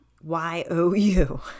Y-O-U